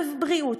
בבריאות,